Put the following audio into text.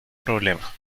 problema